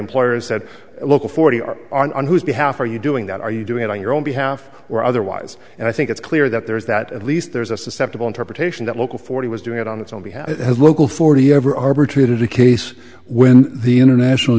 employers said local forty are on whose behalf are you doing that are you doing it on your own behalf or otherwise and i think it's clear that there is that at least there's a susceptible interpretation that local forty was doing it on its own we have it has local forty ever arbitrated the case with the international